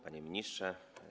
Panie Ministrze!